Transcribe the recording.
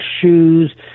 shoes